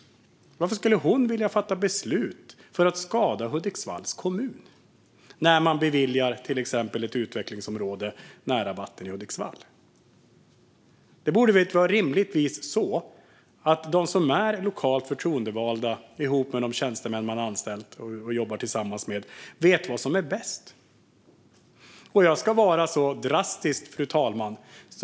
Varför skulle hon vilja fatta beslut för att skada Hudiksvalls kommun, till exempel när man beviljar ett utvecklingsområde nära vatten i Hudiksvall? Rimligtvis borde det vara så att de som är lokalt förtroendevalda, ihop med de tjänstemän man har anställt och jobbar tillsammans med, vet vad som är bäst. Jag ska vara drastisk, fru talman.